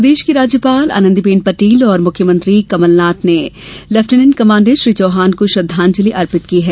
प्रदेश की राज्यपाल आनंदी बेन पटेल और मुख्यमंत्री कमलनाथ ने लेफ्टिनेंट कमांडेट श्री चौहान को श्रद्वांजलि अर्पित की है